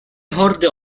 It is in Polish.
hordy